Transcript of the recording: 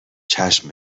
چشم